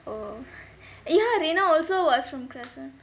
oh eh you know rena also was from crescent